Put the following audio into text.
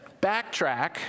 Backtrack